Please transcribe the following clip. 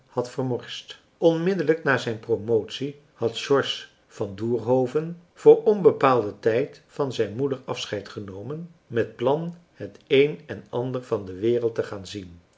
had vermorst onmiddelijk na zijn promotie had george van doerhoven voor onbepaalden tijd van zijn moeder afscheid genomen met plan het een en ander van de wereld te gaan zien